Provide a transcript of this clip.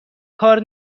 کار